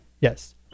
Yes